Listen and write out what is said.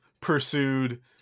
Pursued